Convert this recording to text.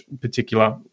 particular